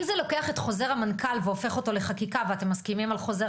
אם זה לוקח את חוזר המנכ"ל והופך אותו לחקיקה ואתם מסכימים על חוזר